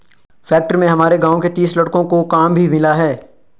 factory में हमारे गांव के तीस लड़कों को काम भी मिला है